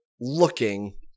looking